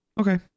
Okay